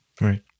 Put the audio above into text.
right